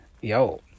yo